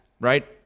Right